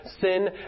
sin